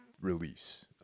release